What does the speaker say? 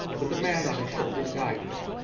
with a man on his shoulders to guide him,